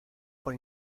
por